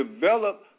develop